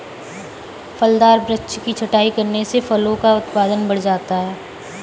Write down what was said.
फलदार वृक्ष की छटाई करने से फलों का उत्पादन बढ़ जाता है